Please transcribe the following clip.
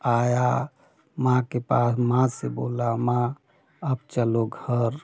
आया माँ के पास माँ से बोला माँ अब चलो घर